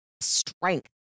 strength